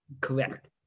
Correct